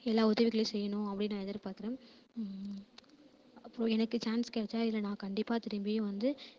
எல்லா உதவிகளையும் செய்யணும் அப்படின்னு நான் எதிர்பார்க்குறேன் அப்பறம் எனக்கு சான்ஸ் கிடைச்சா இதில் நான் கண்டிப்பாக திரும்பியும் வந்து